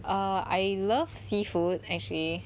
uh I love seafood actually